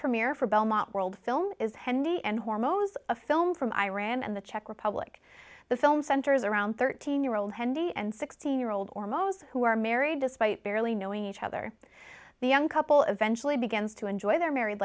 premiere for belmont world film is handy and hormones a film from iran and the czech republic the film centers around thirteen year old handy and sixteen year old or most who are married despite barely know each other the young couple eventually begins to enjoy their married